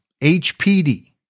HPD